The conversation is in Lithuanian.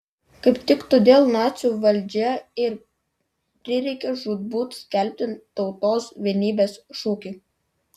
kaip tik todėl nacių valdžiai ir prireikė žūtbūt skelbti tautos vienybės šūkį